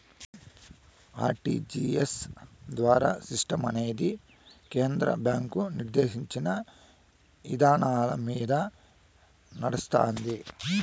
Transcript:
RTGS ద్వారా సిస్టమనేది కేంద్ర బ్యాంకు నిర్దేశించిన ఇదానాలమింద నడస్తాంది